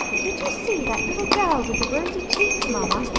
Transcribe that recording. did you see that little girl with the rosy cheeks, mamma?